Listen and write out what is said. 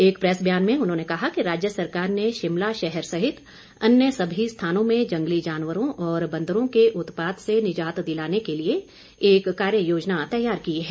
एक प्रैस बयान में उन्होंने कहा है कि राज्य सरकार ने शिमला शहर सहित अन्य सभी स्थानों में जंगली जानवरों और बंदरों के उत्पात से निजात दिलाने के लिए एक कार्य योजना तैयार की है